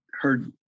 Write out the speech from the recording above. heard